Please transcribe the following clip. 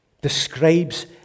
describes